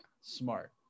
smart